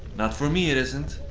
not for me it isn't.